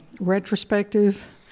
retrospective